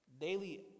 daily